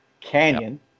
Canyon